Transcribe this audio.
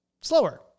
slower